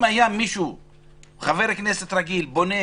אם חבר כנסת רגיל היה פונה